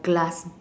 glass